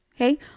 Okay